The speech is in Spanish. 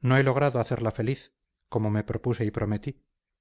no he logrado hacerla feliz como me propuse y prometí